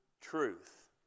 truth